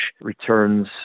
returns